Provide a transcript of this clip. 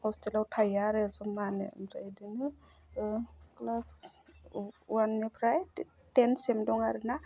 हस्टेलाव थायो आरो जमानो ओमफ्राय इदिनो क्लास वाननिफ्राय टेनसिम दं आरो ना